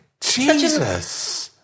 Jesus